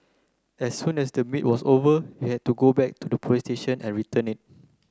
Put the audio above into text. as soon as the meet was over you had to go back to the police station and return it